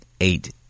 eight